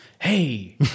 hey